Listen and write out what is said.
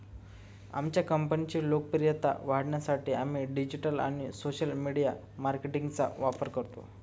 आमच्या कंपनीची लोकप्रियता वाढवण्यासाठी आम्ही डिजिटल आणि सोशल मीडिया मार्केटिंगचा वापर करतो